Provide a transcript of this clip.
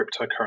cryptocurrency